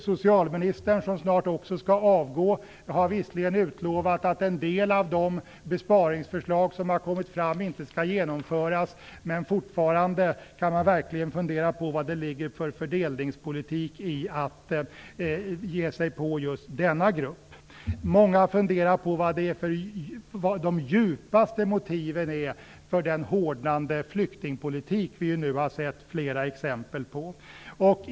Socialministern, som också snart skall avgå, har visserligen utlovat att en del av de framlagda besparingsförslagen inte skall genomföras, men fortfarande kan man verkligen fundera på vad det ligger för fördelningspolitik i att ge sig på just denna grupp. Många har funderat på vilka de djupaste motiven är för den hårdnande flyktingpolitik vi nu har sett flera exempel på.